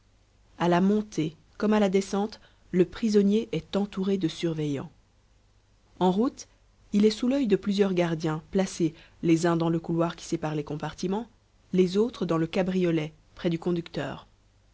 à la montée comme à la descente le prisonnier est entouré de surveillants en route il est sous l'œil de plusieurs gardiens placés les uns dans le couloir qui sépare les compartiments les autres dans le cabriolet près du conducteur